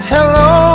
Hello